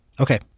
Okay